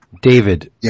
David